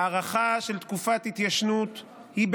הארכה של תקופת התיישנות היא,